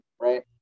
right